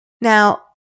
Now